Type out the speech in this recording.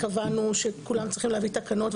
קבענו שכולם צריכים להביא תקנות,